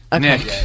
Nick